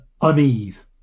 unease